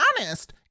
honest